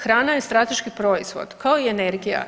Hrana je strateški proizvod kao i energija.